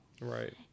Right